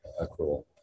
accrual